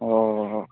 অঁ